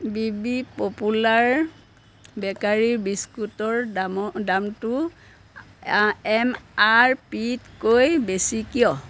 বিবি popular bakery বিস্কুটৰ দাম দামটো এম আৰ পিতকৈ বেছি কিয়